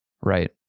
right